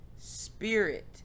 spirit